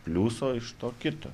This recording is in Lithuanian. pliuso iš to kito